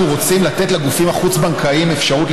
אנחנו רוצים לתת לגופים החוץ-בנקאיים אפשרות